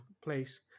place